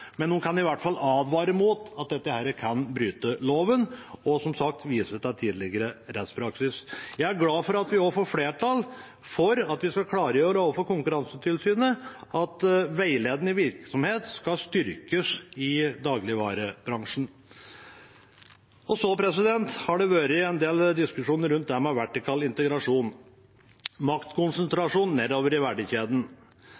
men de kan i hvert fall advare mot at dette kan innebære å bryte loven, og, som sagt, vise til tidligere rettspraksis. Jeg er glad for at vi også får flertall for at vi skal klargjøre overfor Konkurransetilsynet at veiledende virksomhet skal styrkes i dagligvarebransjen. Det har vært en del diskusjon rundt